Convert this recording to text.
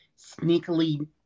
sneakily